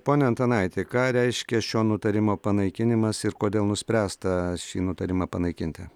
pone antanaiti ką reiškia šio nutarimo panaikinimas ir kodėl nuspręsta šį nutarimą panaikinti